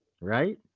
right